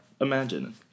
Imagine